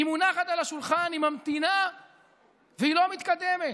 היא מונחת על השולחן, היא ממתינה והיא לא מתקדמת.